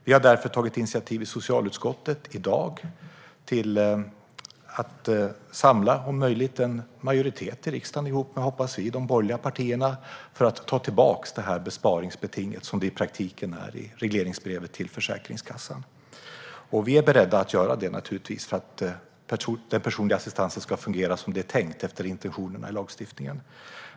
Vi har därför i dag tagit initiativ i socialutskottet till att om möjligt samla en majoritet i riksdagen - ihop med de borgerliga partierna, hoppas vi - för att ta tillbaka det besparingsbeting som regleringsbrevet till Försäkringskassan i praktiken innebär. Vi är beredda att göra det för att den personliga assistansen ska fungera som det är tänkt, efter intentionerna i lagstiftningen.